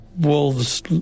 wolves